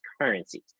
currencies